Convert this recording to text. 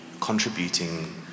contributing